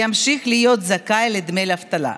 ימשיך להיות זכאי לדמי אבטלה.